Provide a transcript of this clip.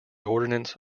ordnance